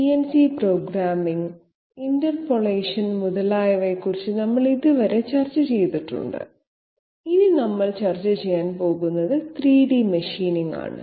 CNC programming interpolation മുതലായവയെ കുറിച്ച് നമ്മൾ ഇതുവരെ ചർച്ച ചെയ്തിട്ടുണ്ട് ഇപ്പോൾ ഇത് 3 D മെഷീനിംഗ് ആണ്